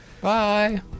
Bye